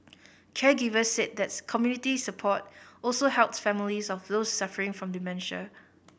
caregivers said that's community support also helps families of those suffering from dementia